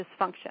dysfunction